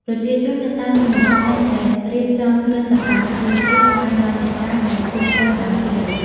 ប្រជាជននៅតាមជនបទតែងតែរៀបចំគ្រឿងសក្ការៈបូជាថ្វាយដល់អ្នកតាដែលគង់នៅដើមជ្រៃ។